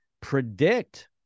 predict